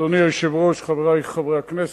אדוני היושב-ראש, חברי חברי הכנסת,